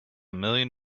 million